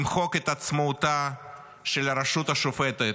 למחוק את עצמאותה של הרשות השופטת,